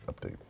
update